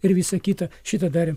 ir visa kita šitą dar